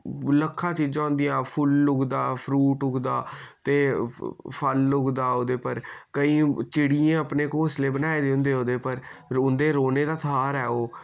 लक्खां चीजां होंदियां फुल्ल उगदा फ्रूट उगदा ते फल उगदा उ'दे पर कईं चिड़ियैं अपने घोंसले बनाए दे होंदे उ'दे उप्पर उं'दे रौह्ने दा स्हारा ऐ ओह